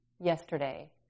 yesterday